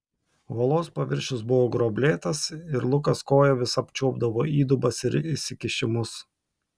uolos paviršius buvo gruoblėtas ir lukas koja vis apčiuopdavo įdubas ir išsikišimus